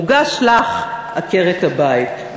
מוגש לך, עקרת-הבית.